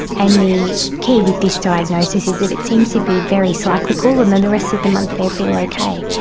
and the key with this diagnosis is that it seems to be very cyclical and then the rest of the month they feel okay,